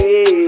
Hey